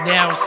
Now